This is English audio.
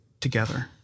together